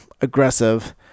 aggressive